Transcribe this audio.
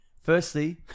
Firstly